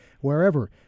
wherever